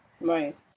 right